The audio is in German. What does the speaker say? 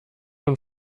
und